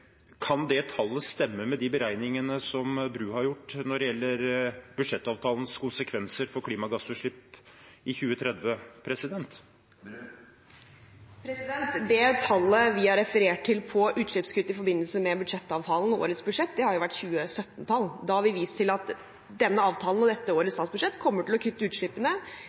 Kan det tallet stemme med beregningene som Bru har gjort når det gjelder budsjettavtalens konsekvenser for klimagassutslipp i 2030? Det tallet vi har referert til på utslippskutt i forbindelse med budsjettavtalen i årets budsjett, har vært et 2017-tall. Da har vi vist til at denne avtalen og dette årets statsbudsjett kommer til å kutte utslippene